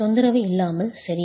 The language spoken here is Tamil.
தொந்தரவு இல்லாமல் சரி